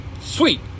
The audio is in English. Sweet